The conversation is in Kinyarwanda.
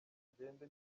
ngende